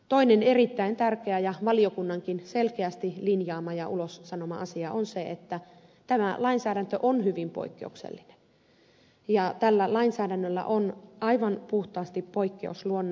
toinen erittäin tärkeä ja valiokunnankin selkeästi linjaama ja ulossanoma asia on se että tämä lainsäädäntö on hyvin poikkeuksellinen ja tällä lainsäädännöllä on aivan puhtaasti poikkeusluonne